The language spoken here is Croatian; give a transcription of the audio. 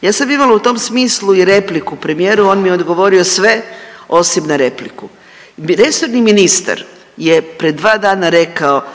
Ja sam imala u tom smislu i repliku premijeru, on mi je odgovorio sve osim na repliku. Resorni ministar je pred dva dana rekao